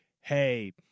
hey